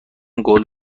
قول